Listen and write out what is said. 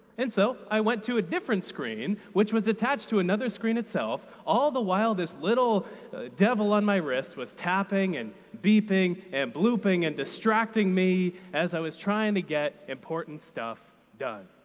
and so i went to a different screen which was attached to another screen itself. all the while, this little devil on my wrist was tapping and beeping and blooping and distracting me as i was trying to get important stuff done.